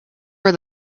that